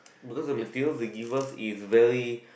because of materials they give us is very